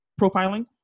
profiling